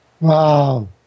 wow